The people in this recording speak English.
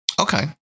Okay